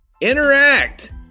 Interact